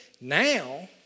Now